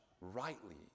rightly